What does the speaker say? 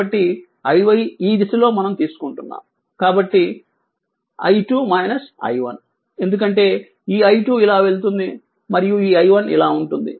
కాబట్టి iy ఈ దిశలో మనం తీసుకుంటున్నాము కాబట్టి i2 i1 ఎందుకంటే ఈ i2 ఇలా వెళుతుంది మరియు ఈ i1 ఇలా ఉంటుంది